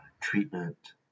treatment